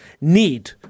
need